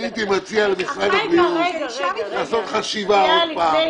אני הייתי מציע למשרד הבריאות לעשות חשיבה עוד פעם,